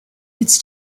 its